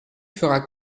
fera